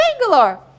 Bangalore